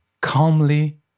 calmly